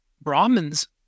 Brahmins